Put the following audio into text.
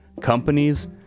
companies